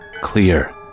clear